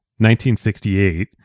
1968